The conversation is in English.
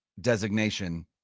designation